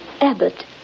Abbott